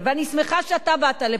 אני שמחה שאתה באת לפה,